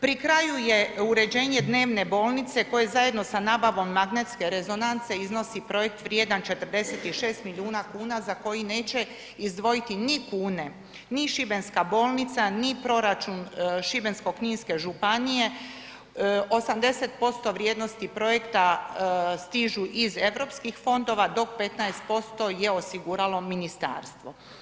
Pri kraju je uređenje dnevne bolnice koje zajedno sa nabavom magnetske rezonance iznosi projekt vrijedan 46 milijuna kuna za koji neće izdvojiti ni kune, ni šibenska bolnica, ni proračun Šibensko-kninske županije, 80% vrijednosti projekta stižu iz europskih fondova, do 15% je osiguralo ministarstvo.